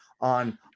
on